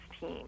team